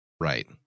Right